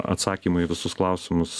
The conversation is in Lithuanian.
atsakymai į visus klausimus